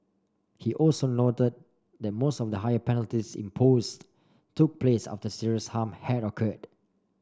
he also noted that most of the higher penalties imposed took place after serious harm had occurred